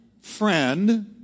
friend